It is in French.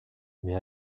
mais